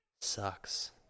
Sucks